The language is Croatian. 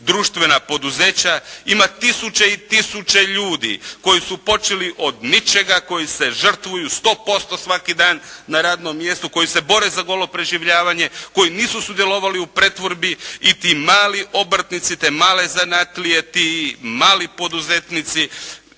društvena poduzeća. Ima tisuće i tisuće ljudi koji su počeli od ničega, koji se žrtvuju 100% svaki dan na radnom mjestu, koji se bore za golo preživljavanje, koji nisu sudjelovali u pretvorbi i ti mali obrtnici, te male zanatlije, ti mali poduzetnici